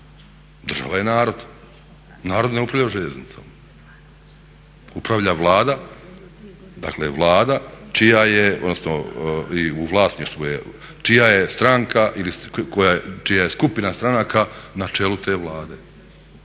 Država je narod. Narod ne upravlja željeznicom. Upravlja Vlada čija je stranka ili čija je skupina stranaka na čelu te Vlade